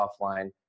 offline